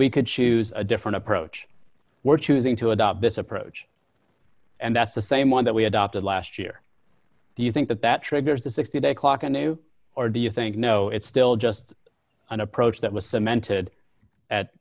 we could choose a different approach we're choosing to adopt this approach and that's the same one that we adopted last year do you think that that triggers a sixty day clock on new or do you think no it's still just an approach that was cemented at